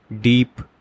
deep